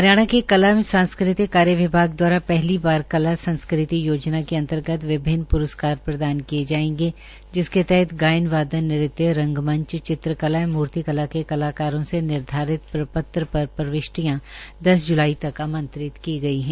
हरियाणा के कलां एवं सांस्कृतिक कार्य विभाग दवारा पहली बार कला संस्कृति योजना के ंअंतर्गत विभिन्न प्रस्कार प्रदान किये जायेंगे जिसके तहत गायन वान नृत्य रंगमंच चित्रकला एंव मूर्तिकला के कलाकरों से निर्धारित प्रपत्र प्रवटिष्यां दस जुलाई तक आमत्रित की गई है